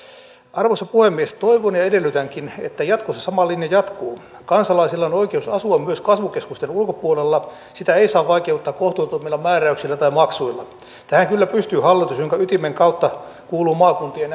arvoisa puhemies toivon ja edellytänkin että jatkossa sama linja jatkuu kansalaisilla on oikeus asua myös kasvukeskusten ulkopuolella sitä ei saa vaikeuttaa kohtuuttomilla määräyksillä tai maksuilla tähän kyllä pystyy hallitus jonka ytimen kautta kuuluu maakuntien